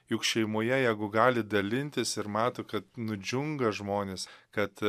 juk šeimoje jeigu gali dalintis ir mato kad nudžiunga žmonės kad